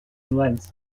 length